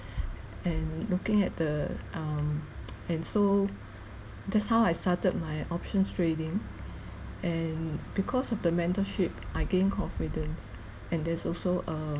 and looking at the um and so that's how I started my options trading and because of the mentorship I gained confidence and there's also err